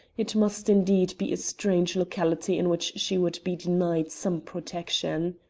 it must indeed be a strange locality in which she would be denied some protection.